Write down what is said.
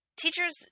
Teachers